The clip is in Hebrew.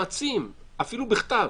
נועצים, אפילו בכתב,